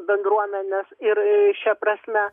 bendruomenės ir šia prasme